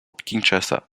kinshasa